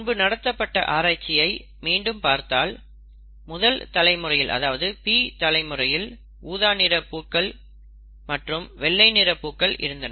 முன்பு நடத்தப்பட்ட ஆராய்ச்சியை மீண்டும் பார்த்தால் முதல் தலைமுறையில் அதாவது P தலைமுறையில் ஊதா நிற பூக்கள் மற்றும் வெள்ளை நிற பூக்கள் இருந்தன